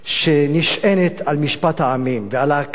שנשענת על משפט העמים ועל ההכרה,